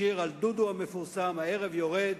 השיר המפורסם על דודו: "הערב יורד,